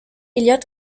elliott